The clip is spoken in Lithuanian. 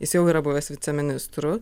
jis jau yra buvęs viceministru